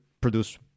produce